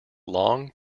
long